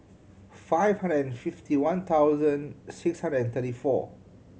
five hundred and fifty one thousand six hundred and thirty four